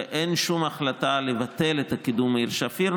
ואין שום החלטה לבטל את קידום העיר שפיר.